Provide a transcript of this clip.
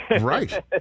Right